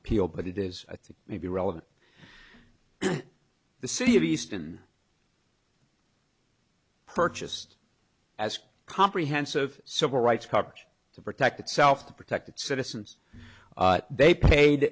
appeal but it is i think maybe relevant to the city of easton purchased as comprehensive civil rights coverage to protect itself to protect its citizens they paid